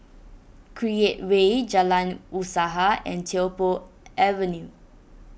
Create Way Jalan Usaha and Tiong Poh Avenue